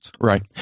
Right